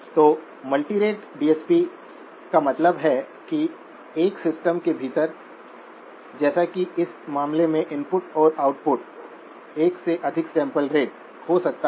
तो multirate DSP का मतलब है कि एक सिस्टम के भीतर जैसा कि इस मामले में इनपुट और आउटपुट एक से अधिक सैंपलिंग रेट हो सकता है